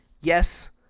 Yes